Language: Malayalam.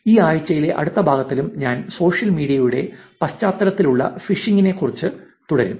ഈ ആഴ്ചയിലെ അടുത്ത ഭാഗത്തിലും ഞാൻ സോഷ്യൽ മീഡിയയുടെ പശ്ചാത്തലത്തിൽ ഉള്ള ഫിഷിംഗ് ഇനെ കുറിച്ച് തുടരും